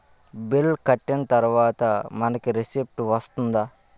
Bill కట్టిన తర్వాత మనకి రిసీప్ట్ వస్తుందా?